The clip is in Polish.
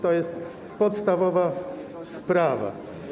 To jest podstawowa sprawa.